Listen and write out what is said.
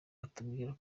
atubwira